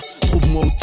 Trouve-moi